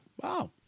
Wow